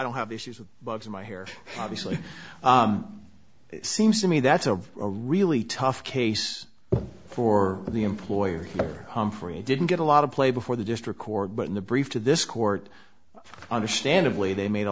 don't have issues with bugs in my hair obviously it seems to me that's a a really tough case for the employer humphrey didn't get a lot of play before the just record but in the brief to this court understandably they made a